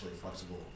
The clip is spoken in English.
flexible